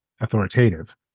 authoritative